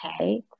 okay